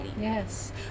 Yes